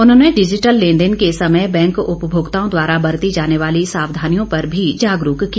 उन्होंने डिजिटल लेनदेन के समय बैंक उपभोक्ताओं द्वारा बरती जाने वाली सावधानियों पर भी जागरूक किया